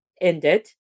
ended